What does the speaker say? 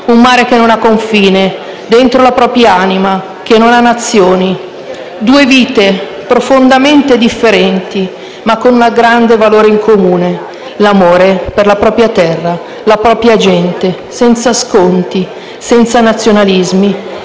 Un mare che non ha confini, dentro la propria anima, che non ha nazioni. Due vite profondamente differenti, ma con un grande valore in comune: l'amore per la propria terra e la propria gente, senza sconti e senza nazionalismi.